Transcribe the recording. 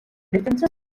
differences